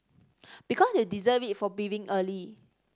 because you deserve it for being early